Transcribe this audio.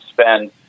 spend